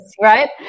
Right